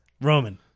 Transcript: Roman